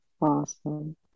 awesome